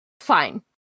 fine